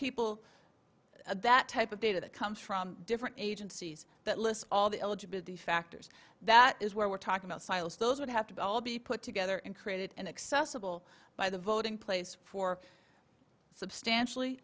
people that type of data that comes from different agencies that lists all the eligibility factors that is where we're talking about silos those would have to all be put together and created and accessible by the voting place for substantially